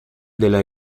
della